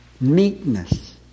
meekness